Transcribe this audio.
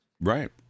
right